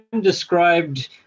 described